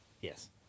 Yes